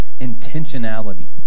intentionality